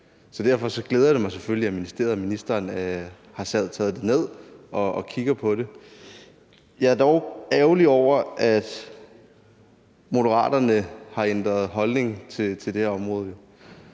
derfor glæder det mig selvfølgelig, at ministeriet og ministeren har taget det ned og kigger på det. Jeg er dog ærgerlig over, at Moderaterne har ændret holdning til det her område,